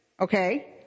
Okay